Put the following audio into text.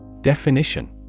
Definition